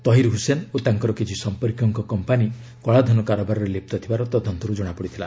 ତହିର ହୁସେନ ଓ ତାଙ୍କର କିଛି ସମ୍ପର୍କୀୟଙ୍କ କମ୍ପାନୀ କଳାଧନ କାରବାରରେ ଲିପ୍ତ ଥିବାର ତଦନ୍ତରୁ ଜଣାପଡ଼ିଥିଲା